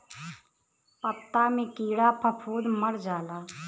पत्ता मे कीड़ा फफूंद मर जाला